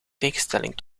tegenstelling